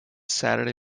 saturday